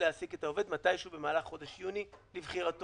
להעסיק את העובד מתישהו במהלך חודש יוני לבחירתו.